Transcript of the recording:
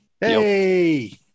Hey